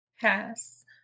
Pass